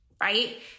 right